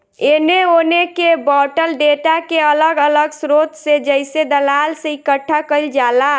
एने ओने के बॉटल डेटा के अलग अलग स्रोत से जइसे दलाल से इकठ्ठा कईल जाला